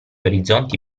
orizzonti